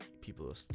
people